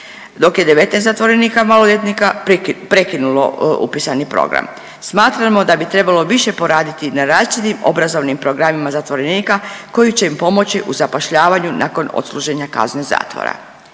dok je 19 zatvorenika maloljetnika prekinulo upisani program. Smatramo da bi trebalo više poraditi na različitim obrazovnim programima zatvorenika koji će im pomoći u zapošljavanju nakon odsluženja kazne zatvora.